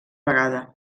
vegada